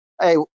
Hey